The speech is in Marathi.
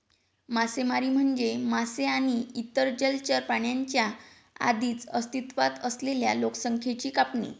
मासेमारी म्हणजे मासे आणि इतर जलचर प्राण्यांच्या आधीच अस्तित्वात असलेल्या लोकसंख्येची कापणी